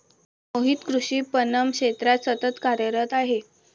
मोहित कृषी पणन क्षेत्रात सतत कार्यरत आहे